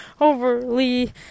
overly